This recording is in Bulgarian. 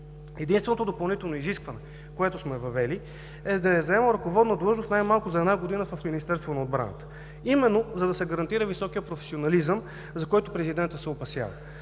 Единственото допълнително изискване, което сме въвели, е да е заемал ръководна длъжност най-малко за една година в Министерството на отбраната, за да се гарантира високият професионализъм, за който президентът се опасява.